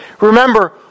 Remember